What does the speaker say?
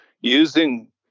using